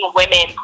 women